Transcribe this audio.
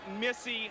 missy